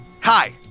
Hi